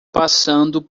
passando